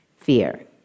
fear